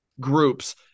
groups